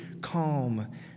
calm